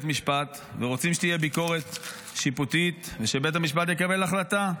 משפט ורוצים שתהיה ביקורת שיפוטית ושבית המשפט יקבל החלטה,